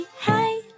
hey